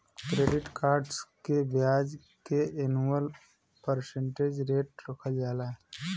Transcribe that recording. credit cards के ब्याज के एनुअल परसेंटेज रेट रखल जाला